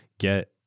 get